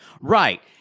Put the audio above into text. Right